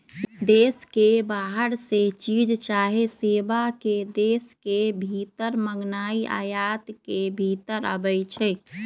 देश के बाहर से चीज चाहे सेवा के देश के भीतर मागनाइ आयात के भितर आबै छइ